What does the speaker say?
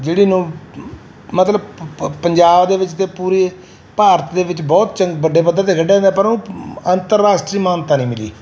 ਜਿਹੜੀ ਨੂੰ ਮਤਲਬ ਪ ਪੰਜਾਬ ਦੇ ਵਿੱਚ ਤਾਂ ਪੂਰੇ ਭਾਰਤ ਦੇ ਵਿੱਚ ਬਹੁਤ ਚ ਵੱਡੇ ਪੱਧਰ 'ਤੇ ਖੇਡਿਆ ਜਾਂਦਾ ਪਰ ਉਹਨੂੰ ਅੰਤਰਰਾਸ਼ਟਰੀ ਮਾਨਤਾ ਨਹੀਂ ਮਿਲੀ